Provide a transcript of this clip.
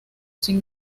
sin